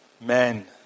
Men